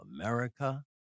America